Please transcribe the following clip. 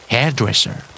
Hairdresser